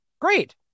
Great